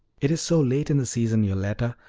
it is so late in the season, yoletta!